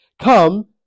Come